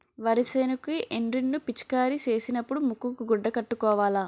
వరి సేనుకి ఎండ్రిన్ ను పిచికారీ సేసినపుడు ముక్కుకు గుడ్డ కట్టుకోవాల